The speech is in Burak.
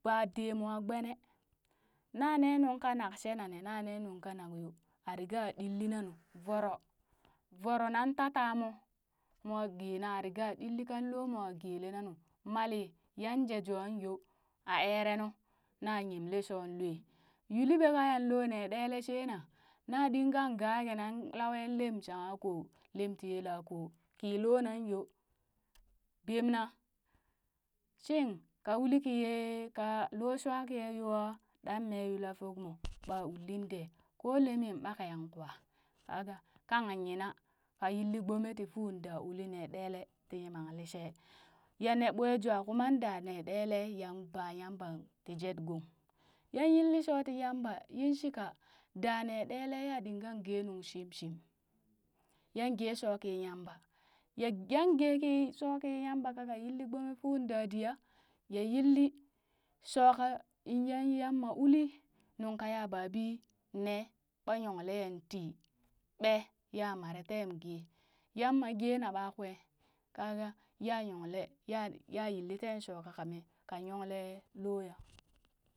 Baa dee mwa gbenee na ne nuŋ kenak she nane nanka ne nung kanak yo, a riga ɗilli nanu voro voro nan tata mo mwa geena a riga ɗilli kang lomo a gelenanu, mali yan jejwaa yo, aa ere nu na yemle shoo loo yuu liɓe ka yan loo ne ɗele shee na, na ɗingan ga lawe lem shangha koo, lem ti yelka ko kiloo nan yoo bemna shing ka, uli kiyee kan looshwaa kiya yoo aa? ɗan mee yuu lafub mo ɓa ulin ɗee, ko lemin ɓakeyaŋ kwa ka ga kan yina kayili gbome ti fuu da uli nee ɗelee ti yimman lishee ya nee ɓwe jwa kuma da ne ɗele yan ba yamban ti jet gong, yan yilli shoti yamba yin shika ɗaa ne ɗelee ya ɗingan gee nuŋ shimshim yan gee shooki yamba, yan gee ki shoo ka yamba kakaa yilli gbome fuu dadiya yan yilli shooka in yan yiyan maa uli nuŋ kaya babii nee ɓa yunglee yan tii ɓee? ya mare teen gee yan ma geena ɓakwee kaga ya nyonglee ya ya yilii ten shoo ka ka me ka nyongle looya.